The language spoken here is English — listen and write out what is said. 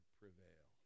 prevail